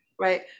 right